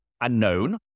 unknown